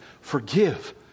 forgive